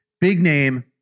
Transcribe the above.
big-name